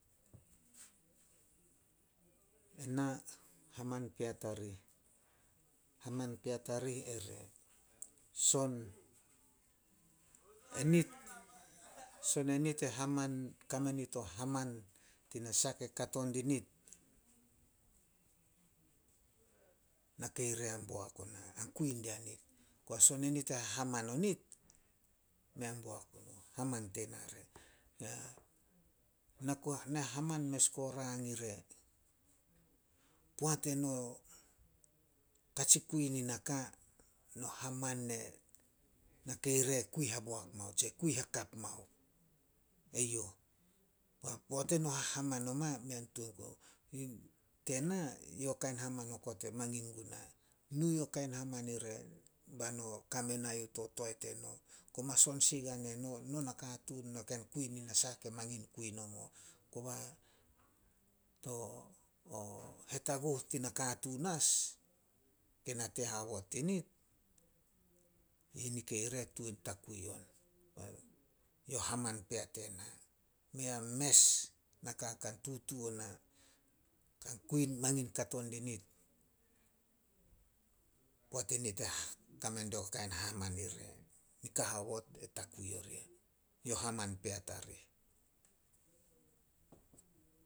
Ena, haman pea tarih- haman pea tarih ere. Son enit kame nit o haman ti nasah ke kato dinit. Nakei re an boak ona, a kui dianit. Koba son enit e hahaman o nit, mei an boak punouh, haman tena re. Na haman mes guo rang ire. Poat eno katsi kui nin naka, no haman ne nakei re kui haboak mao tse kui hakap mao, eyouh. Ba poat eno hahaman oma, mei tuan. Tena, yo kain haman okot e mangin guna. Nu yo kain haman ire bae no kame mai youh to toae teno. Koma son sigan eno, no nakatuun, no ken kui ni nasah ke mangin kui nomo. Koba to hetaguh tin nakatuun as, ke nate haobot dinit, yi nikei re tuan takui on. Yo haman pea tena. Mei a mes naka ka tutu ona, ka mangin kato dianit, poat enit kame dio kain haman ire. Nika haobot e takui oria. Yo haman pea tarih.